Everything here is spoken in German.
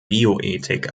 bioethik